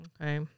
Okay